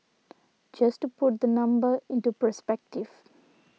just to put the number into perspective